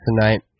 tonight